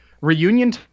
reunion